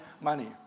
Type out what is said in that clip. money